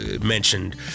mentioned